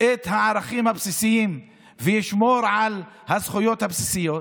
את הערכים הבסיסיים וישמור על הזכויות הבסיסיות,